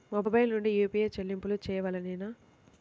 Mobile నుండే UPI చెల్లింపులు చేయవలెనా?